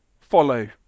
follow